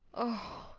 oh!